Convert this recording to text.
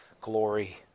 glory